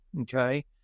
Okay